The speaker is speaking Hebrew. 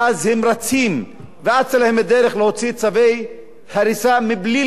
ואז הם רצים ואצה להם הדרך להוציא צווי הריסה מבלי